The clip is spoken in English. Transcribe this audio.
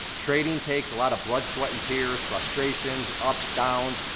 trading takes a lot of blood, sweat and tears, frustrations, ups, downs,